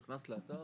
נכנס לאתר,